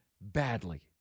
badly